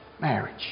marriage